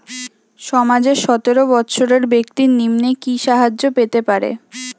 সমাজের সতেরো বৎসরের ব্যাক্তির নিম্নে কি সাহায্য পেতে পারে?